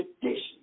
tradition